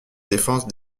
défense